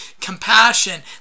compassion